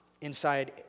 inside